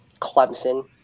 Clemson